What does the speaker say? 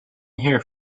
here